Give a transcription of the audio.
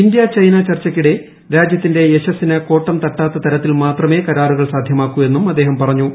India China ചർച്ചയ്ക്കിടെ രാജൃത്തിന്റെ യശസ്സിന് കോട്ടം തട്ടാത്ത തരത്തിൽ മാത്രമേ കരാറുകൾ സാധ്യമാക്കൂ എന്നും അദ്ദേഹം പറഞ്ഞു